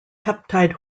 peptide